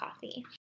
Coffee